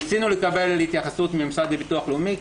ניסינו לקבל התייחסות מהמשרד לביטוח לאומי.